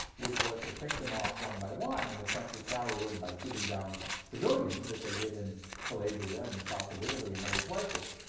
which was to pick them off one by one, and the french retaliated by shooting down civilians, as they did in calabria in the south of italy and other places.